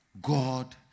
God